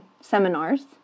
seminars